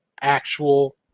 actual